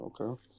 Okay